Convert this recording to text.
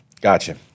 Gotcha